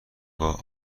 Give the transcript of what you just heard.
آگاه